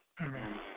Amen